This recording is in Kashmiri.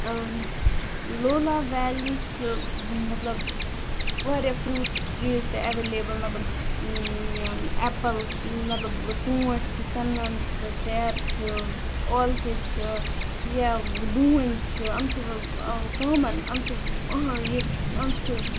ٲم لولاب ویلی چھِ مطلب واریاہ فروٹ ٹریز تہِ ایٚولیٚبٕل مطلب ایٚپٕل مطلب ژونٛٹھۍ چھِ ژٕنَن چھِ ژیرٕ چھِ ٲلچہ چھِ یا ڈوٗنۍ چھِ یِم چھِ کامن یِم چھِ ٲں یہَ یِم چھِ